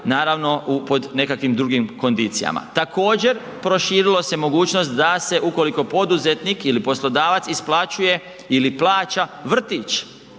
naravno pod nekakvim drugim kondicijama. Također, proširilo se mogućnost da se ukoliko poduzetnik ili poslodavac isplaćuje ili plaća vrtić